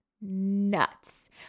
nuts